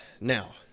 Now